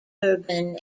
urban